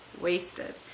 Wasted